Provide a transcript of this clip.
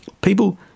People